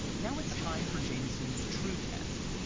now it's time for jamison's true test.